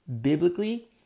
biblically